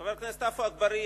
חבר הכנסת עפו אגבאריה,